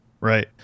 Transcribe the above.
Right